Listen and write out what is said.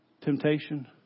temptation